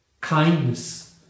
kindness